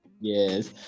Yes